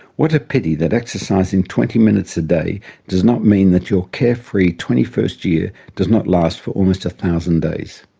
what a pity that exercising twenty minutes a day does not mean that your care-free twenty first year does not last for almost a thousand days!